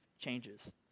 changes